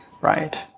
right